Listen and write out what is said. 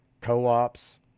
co-ops